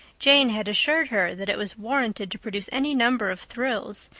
jane had assured her that it was warranted to produce any number of thrills,